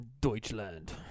Deutschland